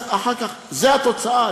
אז אחר כך זאת התוצאה,